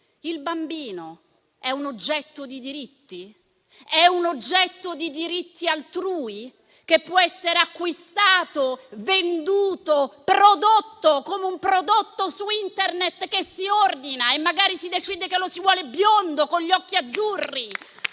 Il bambino è un oggetto di diritti? È un oggetto di diritti altrui, che può essere acquistato, venduto, prodotto, come un prodotto su Internet che si ordina e magari si decide che lo si vuole biondo con gli occhi azzurri?